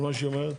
על מה שהיא אומרת?